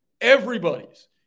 Everybody's